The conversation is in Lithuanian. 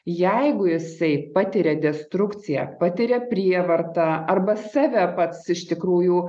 jeigu jisai patiria destrukciją patiria prievartą arba save pats iš tikrųjų